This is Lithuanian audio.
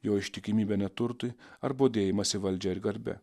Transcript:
jo ištikimybę neturtui ar bodėjimąsi valdžia ir garbe